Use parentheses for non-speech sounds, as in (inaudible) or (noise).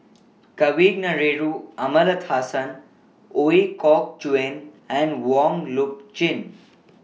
(noise) Kavignareru Amallathasan Ooi Kok Chuen and Wong Loop Chin